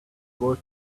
were